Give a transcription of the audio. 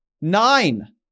Nine